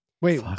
Wait